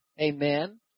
amen